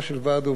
הרעת תנאים,